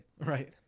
right